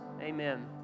Amen